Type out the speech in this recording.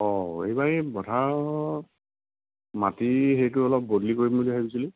অ এইবাৰ এই পথাৰত মাটিৰ হেৰিটো অলপ বদলি কৰিম বুলি ভাবিছিলোঁ